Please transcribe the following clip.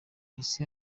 ese